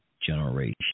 generation